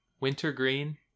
wintergreen